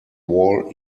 wall